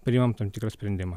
priimam tam tikrą sprendimą